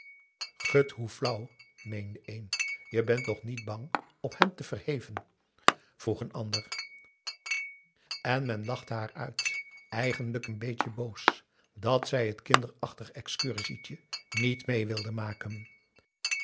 gut hoe flauw meende een je bent toch niet bang op hem te verheven vroeg een ander en men lachte haar uit eigenlijk een beetje boos dat zij t kinderachtig excursietje niet mee wilde maken